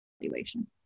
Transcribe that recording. evaluation